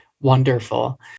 Wonderful